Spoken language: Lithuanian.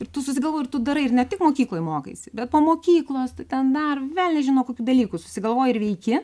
ir tu susigalvoji ir tu darai ir ne tik mokykloj mokaisi bet po mokyklos tai ten dar velnias žino kokių dalykų susigalvoji ir veiki